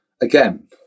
again